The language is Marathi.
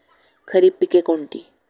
खरीप पिके कोणती?